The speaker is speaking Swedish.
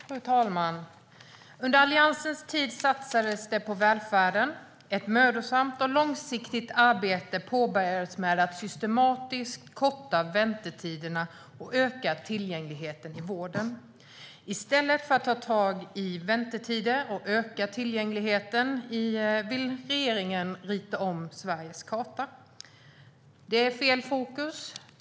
Fru talman! Under Alliansens tid satsades det på välfärden. Ett mödosamt och långsiktigt arbete påbörjades med att systematiskt korta väntetiderna och öka tillgängligheten i vården. I stället för att ta tag i väntetider och öka tillgängligheten vill regeringen rita om Sveriges karta. Det är fel fokus.